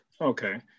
Okay